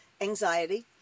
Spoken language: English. anxiety